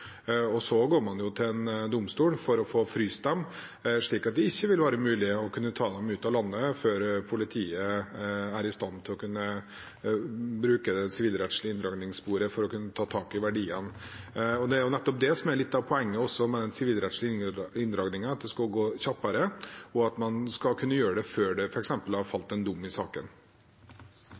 og så går man til en domstol for å få fryst dem, slik at det ikke vil være mulig å kunne ta dem ut av landet før politiet er i stand til å bruke det sivilrettslige inndragningssporet for å kunne ta tak i verdiene. Det er nettopp det som er litt av poenget med den sivilrettslige inndragningen, at det skal gå kjappere, og at man skal kunne gjøre det før det f.eks. har falt en dom i saken.